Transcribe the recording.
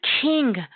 king